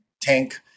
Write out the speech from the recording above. tank